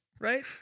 Right